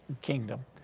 kingdom